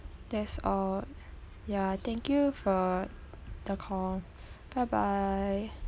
that's all yeah thank you for the call bye bye